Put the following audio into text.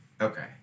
Okay